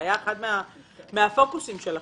זה היה אחד מהפוקוסים שלכם.